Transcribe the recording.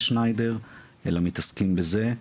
אלא מתעסקים בזה.